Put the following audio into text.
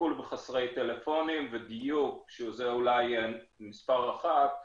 טיפול בחסרי טלפונים ודיוק, שזה אולי מספר אחת.